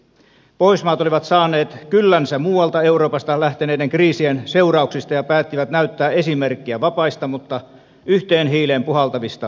pohjoismaat olivat saaneet kyllänsä muualta euroopasta lähteneiden kriisien seurauksista ja päättivät näyttää esimerkkiä vapaista mutta yhteen hiileen puhaltavista kansakunnista